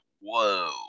whoa